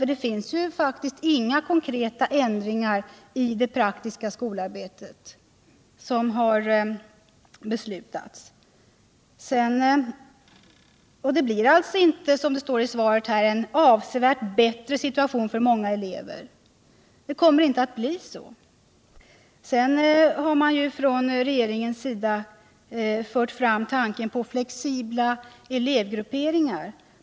Det har faktiskt inte fattats beslut om några konkreta ändringar i det praktiska skolarbetet. Det blir alltså inte, som det står i svaret, en avsevärt bättre situation för många elever. Sedan har man från regeringens sida fört fram tanken på flexibla elevgrupperingar.